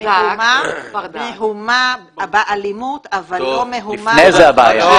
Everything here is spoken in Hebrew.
שהייתה מהומה באלימות, אבל לא מהומה בספירה.